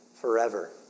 forever